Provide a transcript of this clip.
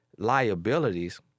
liabilities